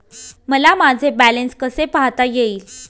मला माझे बॅलन्स कसे पाहता येईल?